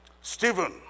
Stephen